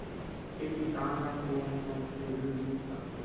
एक किसान ल कोन कोन से ऋण मिल सकथे?